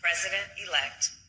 President-elect